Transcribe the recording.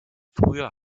früher